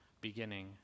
beginning